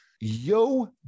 Yo